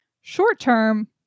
Short-term